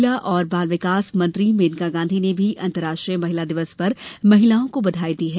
महिला और बाल विकास मंत्री मेनका गांधी ने भी अंतरराष्ट्रीय महिला दिवस पर महिलाओं को बधाई दी है